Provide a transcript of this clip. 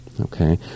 okay